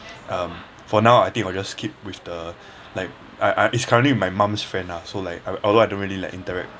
um for now I think I will just keep with the like I I is currently with my mum's friend lah so like although I don't really like interact